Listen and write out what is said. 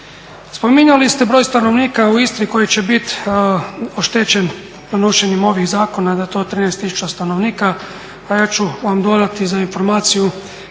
Spominjali ste broj stanovnika u Istri koji će biti oštećen donošenjem ovih zakona, da je to 13000 stanovnika, a ja ću vam dodati za informaciju